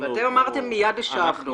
אתם אמרתם שמייד שלחתם.